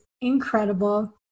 incredible